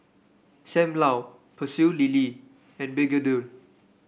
Sam Lau Pecel Lele and begedil